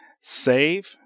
save